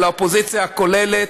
אלא האופוזיציה הכוללת,